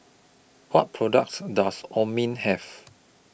What products Does Have